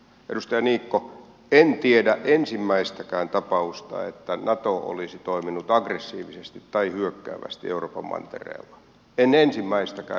edustaja niikko en tiedä ensimmäistäkään tapausta että nato olisi toiminut aggressiivisesti tai hyökkäävästi euroopan mantereella en ensimmäistäkään